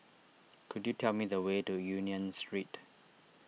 could you tell me the way to Union Street